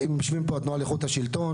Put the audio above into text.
יושבים פה מהתנועה לאיכות השלטון,